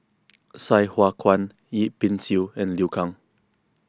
Sai Hua Kuan Yip Pin Xiu and Liu Kang